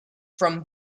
from